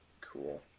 cool